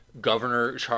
Governor